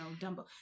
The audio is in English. Dumbo